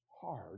hard